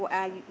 stripe